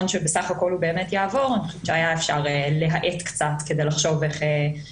רוצים להפעיל עליו את הסעיף ובעצם לא מטילים עליו